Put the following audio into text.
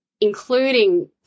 including